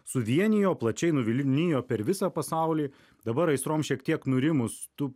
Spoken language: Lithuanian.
suvienijo plačiai nuvilnijo per visą pasaulį dabar aistroms šiek tiek nurimus tu